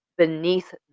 beneath